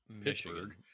Pittsburgh